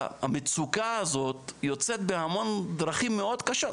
המצוקה הזאת יוצאת בהמון דרכים מאוד קשות.